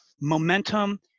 momentum